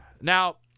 Now